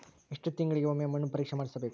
ಎಷ್ಟು ತಿಂಗಳಿಗೆ ಒಮ್ಮೆ ಮಣ್ಣು ಪರೇಕ್ಷೆ ಮಾಡಿಸಬೇಕು?